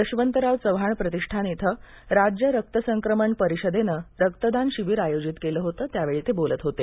यशवंतराव चव्हाण प्रतिष्ठान इथं राज्य रक्तसंक्रमण परिषदेनं रक्तदान शिबीर आयोजित केलं होतं त्यावेळी ते बोलत होते